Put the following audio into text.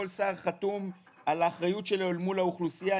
כל שר חתום על האחריות שלו אל מול האוכלוסייה,